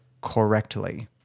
correctly